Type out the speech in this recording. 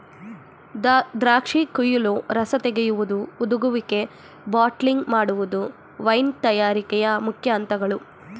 ದ್ರಾಕ್ಷಿ ಕುಯಿಲು, ರಸ ತೆಗೆಯುವುದು, ಹುದುಗುವಿಕೆ, ಬಾಟ್ಲಿಂಗ್ ಮಾಡುವುದು ವೈನ್ ತಯಾರಿಕೆಯ ಮುಖ್ಯ ಅಂತಗಳು